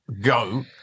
go